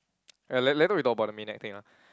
uh la~ later we talk about the midnight thing ah